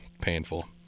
Painful